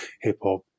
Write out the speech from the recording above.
hip-hop